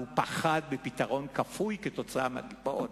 והוא פחד מפתרון כפוי כתוצאה מהקיפאון.